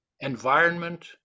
environment